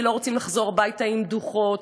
כי לא רוצים לחזור הביתה עם דוחות,